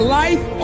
life